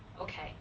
okay